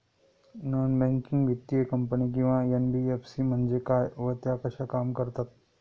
Non banking वित्तीय company किंवा NBFC म्हणजे काय व त्या कशा काम करतात?